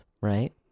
Right